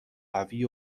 قوی